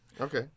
Okay